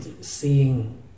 seeing